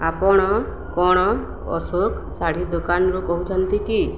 ଆପଣ କ'ଣ ଅଶୋକ ଶାଢ଼ୀ ଦୋକାନରୁ କହୁଛନ୍ତି କି